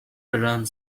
around